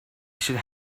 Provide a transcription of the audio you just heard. should